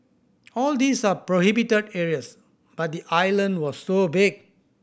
all these are prohibited areas but the island was so big